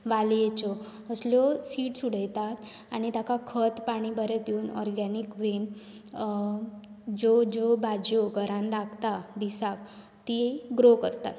वाल्येच्यो असल्यो सिड्स उडयतात आनी ताका वत पाणी बरें दिवून ऑर्गेनिक वेन ज्यो ज्यो भाजयो घरांत लागता दिसाक तीं ग्रो करतात